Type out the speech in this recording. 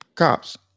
cops